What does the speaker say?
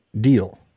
deal